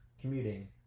commuting